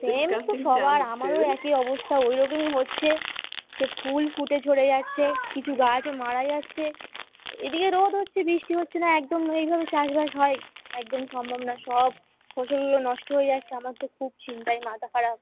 same তো সবার আমারও একই অবস্থা ওই রকমই হচ্ছে সে ফুল ফুটে ঝরে যাচ্ছে কিছু গাছও মারা যাচ্ছে এদিকে রোদ হচ্ছে বৃষ্টি হচ্ছে না একদম এই ভাবে চাষবাস হয় একদমই সম্ভব নয় সব ফসলগুলো নষ্ট হয়ে যাচ্ছে আমার তো খুব চিন্তায় মাথা খারাপ